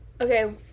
Okay